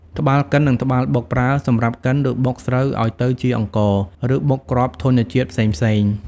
ត្បាល់កិន និងត្បាល់បុក ប្រើសម្រាប់កិន ឬបុកស្រូវឲ្យទៅជាអង្ករ ឬបុកគ្រាប់ធញ្ញជាតិផ្សេងៗ។